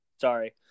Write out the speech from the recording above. Sorry